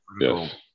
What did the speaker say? Yes